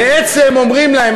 בעצם אומרים להם,